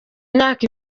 myaka